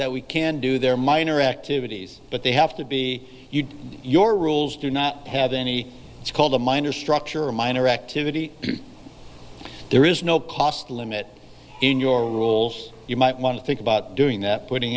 that we can do they're minor activities but they have to be your rules do not have any it's called a minor structure a minor activity there is no cost limit in your rules you might want to think about doing that putting